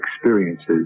experiences